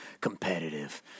competitive